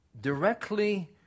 directly